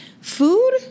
food